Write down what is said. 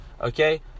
okay